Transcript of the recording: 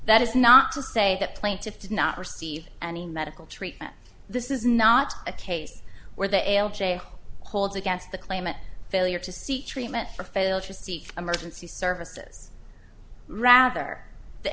that is not to say the plaintiff did not receive any medical treatment this is not a case where the l j holds against the claimant failure to seek treatment for fail to seek emergency services rather the